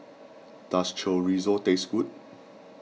does Chorizo taste good